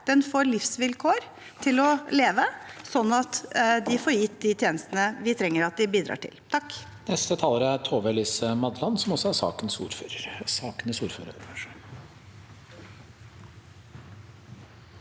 har, får livsvilkår til å leve, sånn at de får gitt de tjenestene vi trenger at de bidrar til. Tove